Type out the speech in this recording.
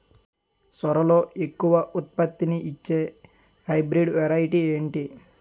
సోరలో ఎక్కువ ఉత్పత్తిని ఇచే హైబ్రిడ్ వెరైటీ ఏంటి?